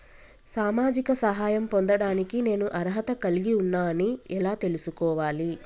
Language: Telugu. సామాజిక సహాయం పొందడానికి నేను అర్హత కలిగి ఉన్న అని ఎలా తెలుసుకోవాలి?